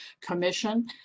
commission